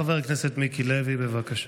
חבר הכנסת מיקי לוי, בבקשה.